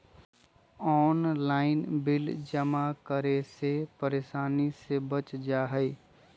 Online bill जमा करे से परेशानी से बच जाहई?